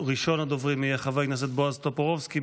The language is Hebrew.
ראשון הדוברים יהיה חבר הכנסת בועז טופורובסקי.